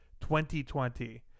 2020